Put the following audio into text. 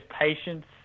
patience